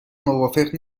موافق